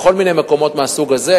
בכל מיני מקומות מהסוג הזה.